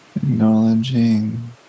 Acknowledging